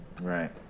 Right